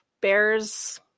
bears